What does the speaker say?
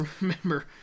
remember